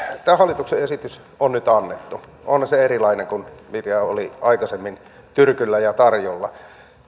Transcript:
hallituksen esitys on nyt annettu onhan se erilainen kuin se mikä oli aikaisemmin tyrkyllä ja tarjolla